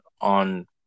on